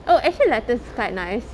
oh actually lettuce is quite nice